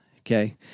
Okay